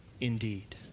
indeed